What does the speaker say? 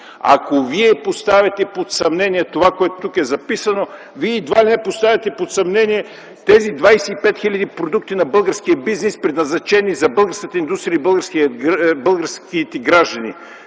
ако Вие поставяте под съмнение записаното тук, Вие едва ли не поставяте под съмнение и тези 25 хил. продукти на българския бизнес, предназначени за българската индустрия и българските граждани.